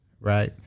right